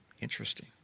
Interesting